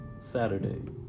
Saturday